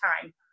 time